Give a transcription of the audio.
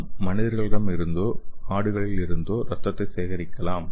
நாம் மனிதர்களிடமிருந்தோ ஆடுகளிலிருந்தோ இரத்தத்தை சேகரிக்கலாம்